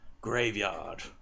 graveyard